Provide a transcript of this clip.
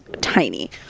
tiny